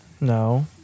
No